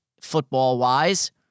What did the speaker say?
football-wise